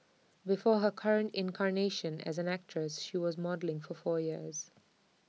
before her current incarnation as an actress she was modelling for four years